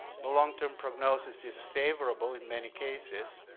long term prognosis is favorable in many cases.